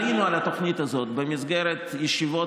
עלינו על התוכנית הזאת במסגרת ישיבות